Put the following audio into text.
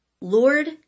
Lord